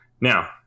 Now